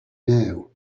know